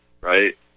right